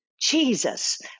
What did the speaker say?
Jesus